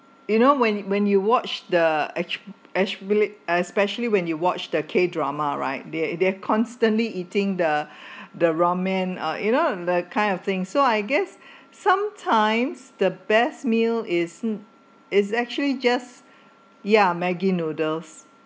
you know when when you watched the act~ actvillag~ especially when you watch the k drama right they they're constantly eating the the ramen uh you know the kind of thing so I guess sometimes the best meal is is actually just ya Maggi noodles